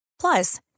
Plus